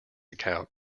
account